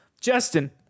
Justin